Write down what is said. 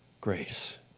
Grace